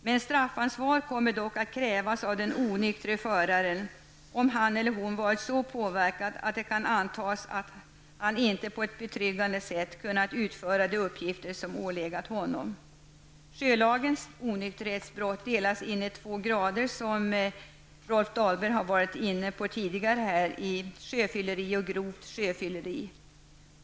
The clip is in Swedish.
Men straffansvar kommer dock att krävas av den onyktre föraren om han eller hon varit så påvekad att det kan antas att han inte på ett betryggande sätt kunnat utföra de uppgifter som ålegat honom. Sjölagens onykterhetsbrott delas in i två grader, som Rolf Dahlberg varit inne på här tidigare, sjöfylleri och grovt sjöfylleri.